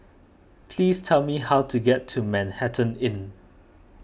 please tell me how to get to Manhattan Inn